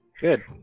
Good